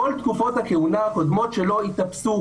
כל תקופות הכהונות הקודמות שלו יתאפסו,